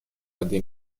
عادی